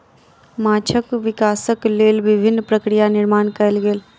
माँछक विकासक लेल विभिन्न प्रक्रिया निर्माण कयल गेल